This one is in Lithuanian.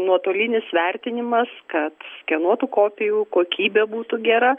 nuotolinis vertinimas kad skenuotų kopijų kokybė būtų gera